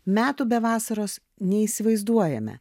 metų be vasaros neįsivaizduojame